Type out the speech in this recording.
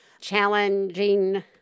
challenging